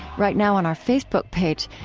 right now on our facebook page,